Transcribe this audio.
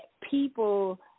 people